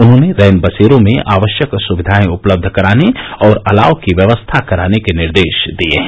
उन्होंने रैनबसेरों में आवश्यक सुविधाए उपलब्ध कराने और अलाव की व्यवस्था कराने के निर्देश दिए हैं